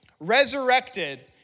resurrected